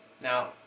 Now